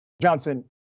Johnson